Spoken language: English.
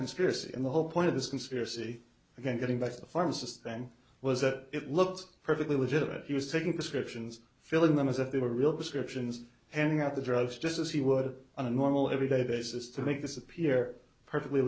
conspiracy and the whole point of this conspiracy again getting back to the pharmacist then was that it looked perfectly legitimate he was taking prescriptions filling them as if they were real prescriptions handing out the drugs just as he would on a normal everyday basis to make this appear perfectly